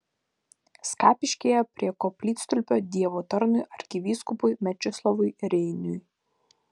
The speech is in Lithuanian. skapiškyje prie koplytstulpio dievo tarnui arkivyskupui mečislovui reiniui